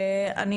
אני